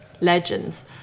legends